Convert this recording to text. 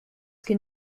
can